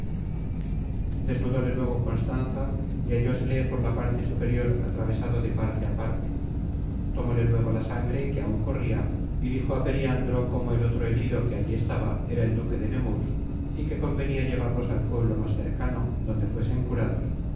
desnudóle luego constanza y hallósele por la parte superior atravesado de parte á parte tomóle luego la sangre que áun corria y dijo á periandro cómo el otro herido que allí estaba era el duque de nemurs y que convenia llevarlos al pueblo más cercano donde fuesen curados